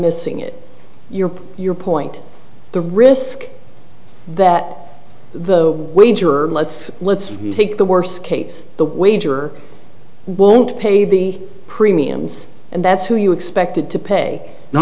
missing it your your point the risk that the wager let's let's take the worst case the wager won't pay the premiums and that's who you expected to pay no